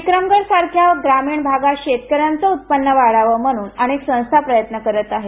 विक्रमगड सारख्या ग्रामीण भागात शेतकऱ्यांच उत्पन्न वाढावं म्हणून अनेक संस्था प्रयत्न करत आहेत